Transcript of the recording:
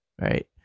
right